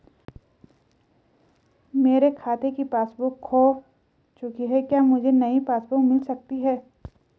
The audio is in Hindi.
मेरे खाते की पासबुक बुक खो चुकी है क्या मुझे नयी पासबुक बुक मिल सकती है?